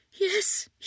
Yes